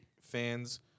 fans